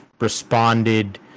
responded